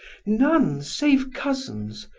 none, save cousins.